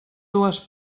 dues